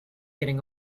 getting